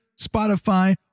Spotify